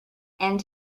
and